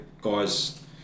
guys